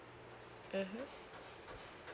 mmhmm